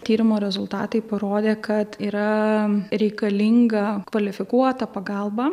tyrimo rezultatai parodė kad yra reikalinga kvalifikuota pagalba